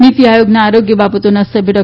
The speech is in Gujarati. નીતી આયોગનાં આરોગ્ય બાબતોનાં સભ્ય ડો